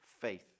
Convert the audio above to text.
faith